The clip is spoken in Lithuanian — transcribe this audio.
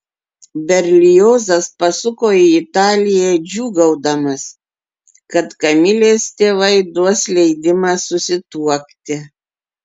berliozas pasuko į italiją džiūgaudamas kad kamilės tėvai duos leidimą susituokti